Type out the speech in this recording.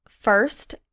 First